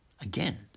Again